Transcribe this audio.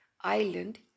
island